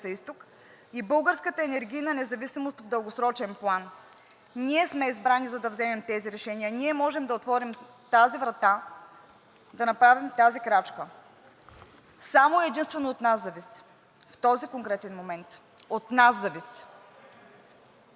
и българската енергийна независимост в дългосрочен план. Ние сме избрани, за да вземем тези решения. Ние можем да отворим тази врата и да направим тази крачка. Само и единствено от нас зависи. В този конкретен момент от нас зависи.